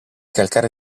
calcare